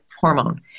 hormone